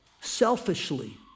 selfishly